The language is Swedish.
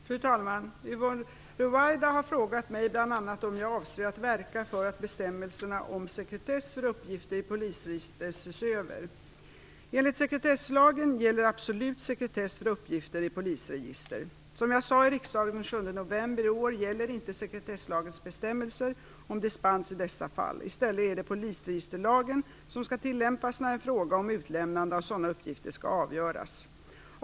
Fru talman! Yvonne Ruwaida har frågat mig bl.a. om jag avser att verka för att bestämmelserna om sekretess för uppgifter i polisregister ses över. Som jag sade i riksdagen den 7 november i år gäller inte sekretesslagens bestämmelser om dispens i dessa fall. I stället är det polisregisterlagen som skall tillämpas när en fråga om utlämnande av sådana uppgifter skall avgöras.